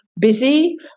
busy